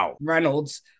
Reynolds